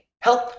help